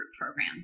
program